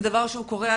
זה דבר שקורה.